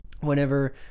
whenever